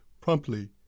promptly